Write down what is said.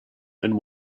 and